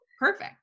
Perfect